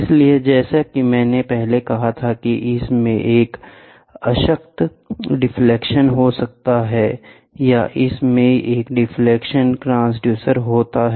इसलिए जैसा कि मैंने पहले कहा था कि इसमें एक अशक्त डिफलेक्शन हो सकता है या इसमें एक डिफ्लेक्शन ट्रांसड्यूसर हो सकता है